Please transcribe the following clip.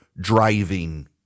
driving